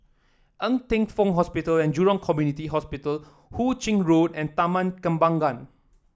Ng Teng Fong Hospital and Jurong Community Hospital Hu Ching Road and Taman Kembangan